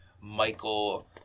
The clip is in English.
Michael